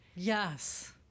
Yes